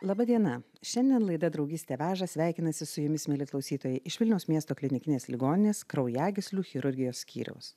laba diena šiandien laida draugystė veža sveikinasi su jumis mieli klausytojai iš vilniaus miesto klinikinės ligoninės kraujagyslių chirurgijos skyriaus